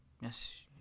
Yes